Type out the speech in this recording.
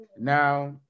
Now